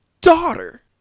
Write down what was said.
daughter